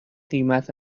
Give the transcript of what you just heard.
قیمت